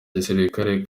gisirikare